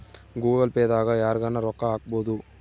Google Pay ದಾಗ ಯರ್ಗನ ರೊಕ್ಕ ಹಕ್ಬೊದು